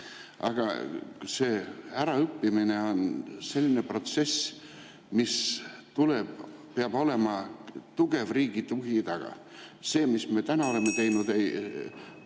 Aga see äraõppimine on selline protsess, millel peab olema tugev riigi tugi taga. See, mis me oleme teinud, ei